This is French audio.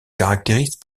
caractérise